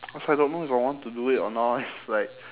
it's like I don't know if I want to do it or not it's like